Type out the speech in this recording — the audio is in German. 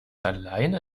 alleine